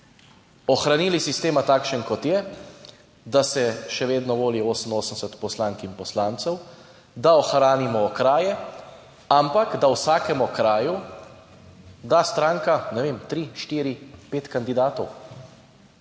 ohranili sistema takšen kot je, da se še vedno voli 88 poslank in poslancev, da ohranimo kraje, ampak da v vsakem okraju da stranka, ne vem, tri, štiri, pet kandidatov,